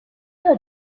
her